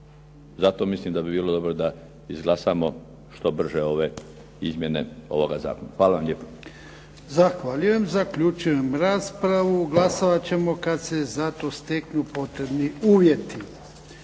zato mislim da bi bilo dobro da izglasamo što brže ove izmjene ovoga zakona. Hvala vam lijepa.